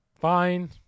Fine